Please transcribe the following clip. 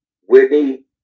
Whitney